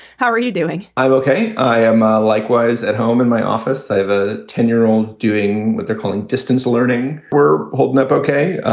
how are you doing? i'm ok. i am ah likewise at home in my office. i have a ten year old doing what they're calling distance learning. we're holding up ok.